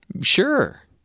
Sure